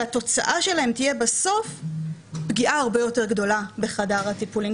והתוצאה שלהם תהיה בסוף פגיעה הרבה יותר גדולה בחדר הטיפולים.